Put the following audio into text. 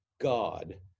god